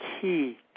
key